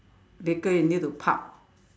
later you need to park